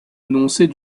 annoncés